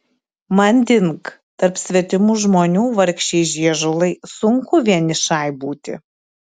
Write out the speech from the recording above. manding tarp svetimų žmonių vargšei žiežulai sunku vienišai būti